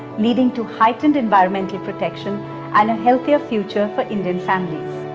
leading to heightened environmental protection and a healthier future for indian families.